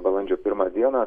balandžio pirmą dieną